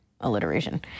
alliteration